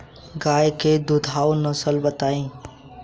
गाय के दुधारू नसल बताई?